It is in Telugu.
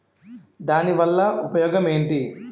దాని వల్ల ఉపయోగం ఎంటి?